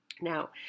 Now